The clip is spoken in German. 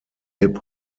hip